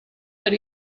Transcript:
per